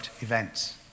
events